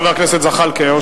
חבר הכנסת זחאלקה?